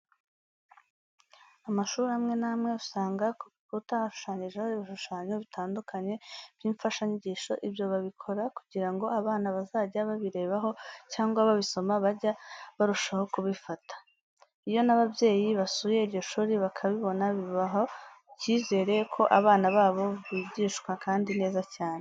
Amashuri amwe n'amwe usanga kubikuta hashushanyijeho ibishushanyo bitandukanye by'imfashanyigisho, ibyo babikora kugira ngo abana bazajya babirebaho cyangwa babisoma bajye barushaho kubifata. Iyo n'ababyeyi basuye iryo shuri bakabibona bibaha icyizere ko abana babo bijyishwa kandi neza cyane.